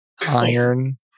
iron